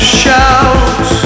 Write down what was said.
shout